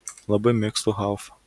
labai mėgstu haufą